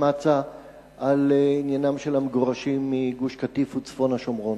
מצא על עניינם של המגורשים מגוש-קטיף וצפון השומרון.